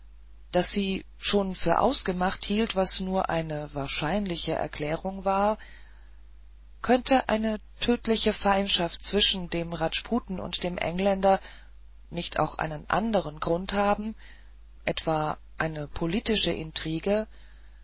daß sie schon für ausgemacht hielt was nur eine wahrscheinliche erklärung war könnte eine tödliche feindschaft zwischen dem rajputen und dem engländer nicht auch einen anderen grund haben etwa eine politische intrige